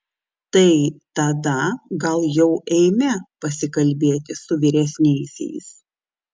tai tada gal jau eime pasikalbėti su vyresniaisiais